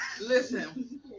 Listen